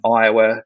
Iowa